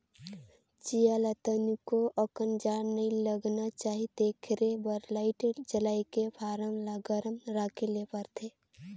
चीया ल तनिको अकन जाड़ नइ लगना चाही तेखरे बर लाईट जलायके फारम ल गरम राखे ले परथे